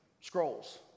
scrolls